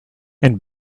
and